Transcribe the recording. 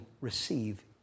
receive